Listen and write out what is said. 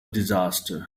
disaster